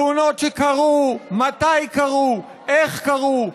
תאונות שקרו, מתי קרו, איך קרו.